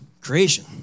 creation